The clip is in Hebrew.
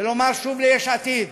ולומר שוב ליש עתיד: